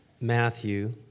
Matthew